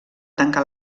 tancar